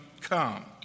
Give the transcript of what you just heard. come